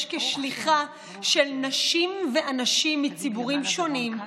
כשליחה של נשים ואנשים מציבורים שונים,